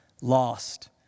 lost